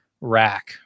rack